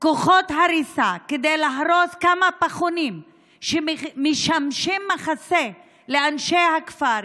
כוחות הריסה כדי להרוס כמה פחונים שמשמשים מחסה לאנשי הכפר,